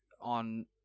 on